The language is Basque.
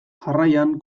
jarraian